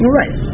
right